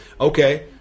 Okay